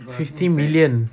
fifty million